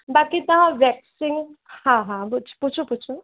बाक़ी तव्हां वैक्सिंग हा हा पुछ पुछो पुछो